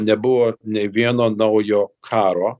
nebuvo nė vieno naujo karo